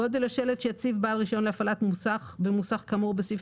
גודל השלט שיציב בעל רישיון להפעלת מוסך במוסך כאמור בסעיף